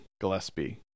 Gillespie